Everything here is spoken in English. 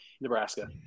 Nebraska